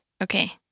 Okay